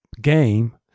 game